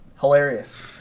Hilarious